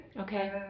Okay